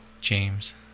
James